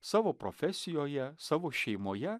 savo profesijoje savo šeimoje